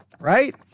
right